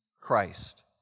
Christ